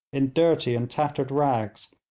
in dirty and tattered rags,